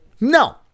no